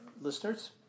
listeners